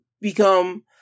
become